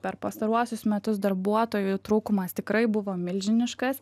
per pastaruosius metus darbuotojų trūkumas tikrai buvo milžiniškas